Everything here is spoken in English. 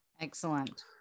Excellent